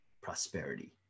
prosperity